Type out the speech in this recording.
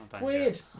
weird